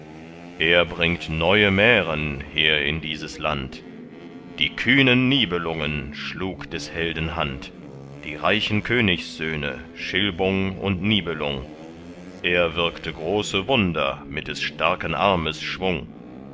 er bringt neue mären her in dieses land die kühnen nibelungen schlug des helden hand die reichen königssöhne schilbung und nibelung er wirkte große wunder mit des starken armes schwung